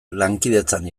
lankidetzan